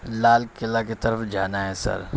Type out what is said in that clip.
لال قلعہ کی طرف جانا ہے سر